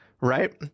right